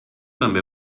també